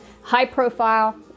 High-profile